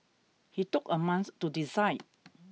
he took a month to decide